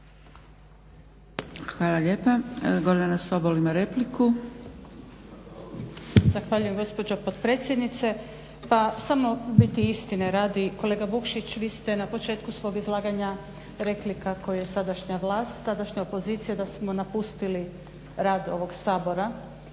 Hvala lijepa. Gordana Sobol ima repliku. **Sobol, Gordana (SDP)** Zahvaljujem gospođo potpredsjednice. Pa samo biti istine radi, kolega Vukšić vi ste na početku svog izlaganja rekli kako je sadašnja vlast sadašnja opozicija da smo napustili rad ovog Sabora